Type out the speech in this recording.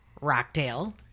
Rockdale